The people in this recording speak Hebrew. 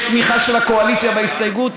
יש תמיכה של הקואליציה בהסתייגות,